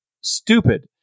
stupid